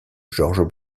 georges